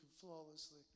flawlessly